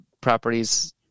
properties